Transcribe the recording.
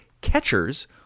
catchers